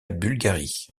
bulgarie